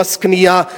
מס קנייה,